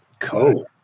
Cool